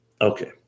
Okay